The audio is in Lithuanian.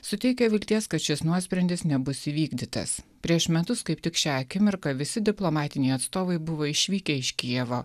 suteikia vilties kad šis nuosprendis nebus įvykdytas prieš metus kaip tik šią akimirką visi diplomatiniai atstovai buvo išvykę iš kijevo